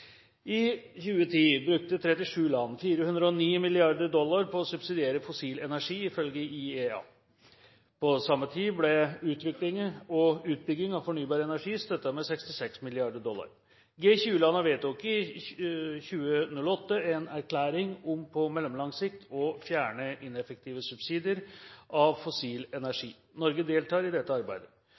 I 2010 brukte 37 land 408 mrd. dollar på å subsidiere fossil energi, ifølge IEA. På samme tid ble utvikling og utbygging av fornybar energi støttet med 66 mrd. dollar. G20-gruppen vedtok i 2008 en erklæring om på mellomlang sikt å fjerne ineffektive subsidier av fossil energi. Norge har deltatt i det arbeidet.